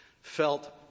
felt